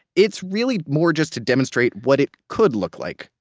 it's really more just to demonstrate what it could look like.